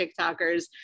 TikTokers